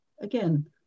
again